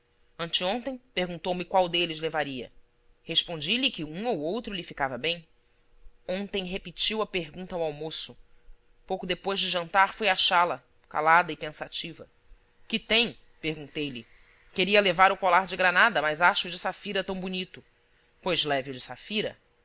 safira anteontem perguntou-me qual deles levaria respondi-lhe que um ou outro lhe ficava bem ontem repetiu a pergunta ao almoço pouco depois de jantar fui achá-la calada e pensativa que tem perguntei-lhe queria levar o colar de granada mas acho o de safira tão bonito pois leve o de safira